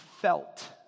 felt